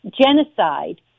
genocide